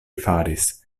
faris